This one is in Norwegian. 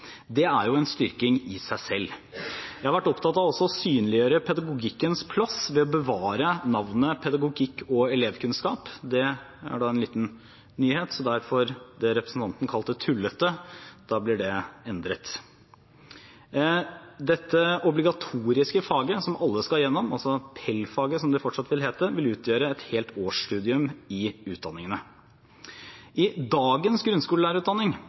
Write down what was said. Det er jo en styrking i seg selv. Jeg har vært opptatt av også å synliggjøre pedagogikkens plass ved å bevare navnet pedagogikk og elevkunnskap. Det er da en liten nyhet, så det representanten kalte tullete, blir endret. Dette obligatoriske faget som alle skal gjennom, altså PEL-faget som det fortsatt vil hete, vil utgjøre et helt årsstudium i utdanningene. I dagens grunnskolelærerutdanning